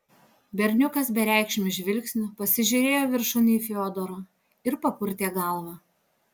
berniukas bereikšmiu žvilgsniu pasižiūrėjo viršun į fiodorą ir papurtė galvą